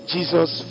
Jesus